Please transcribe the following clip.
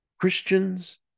christians